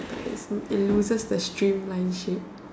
like it it loses the streamline shape